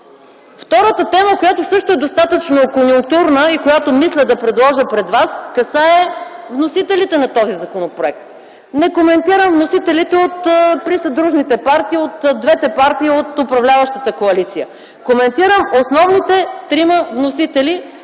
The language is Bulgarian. Втората тема, която също е достатъчно конюнктурна и която мисля да предложа пред вас, касае вносителите на този законопроект. Не коментирам вносителите от присъдружните партии от двете партии от управляващата коалиция. Коментирам основните трима вносители,